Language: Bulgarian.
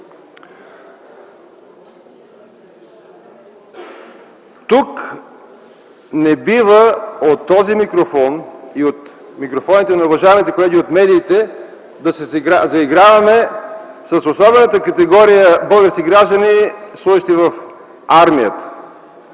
Не бива тук от този микрофон и от микрофоните на уважаемите колеги от медиите да се заиграваме с особената категория български граждани, служещи в армията.